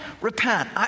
repent